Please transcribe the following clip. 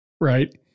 right